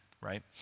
right